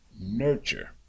nurture